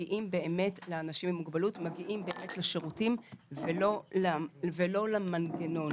מגיעים לאנשים עם מוגבלות, לשירותים ולא למנגנון.